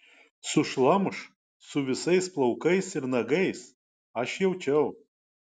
sušlamš su visais plaukais ir nagais aš jaučiau